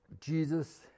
Jesus